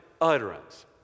utterance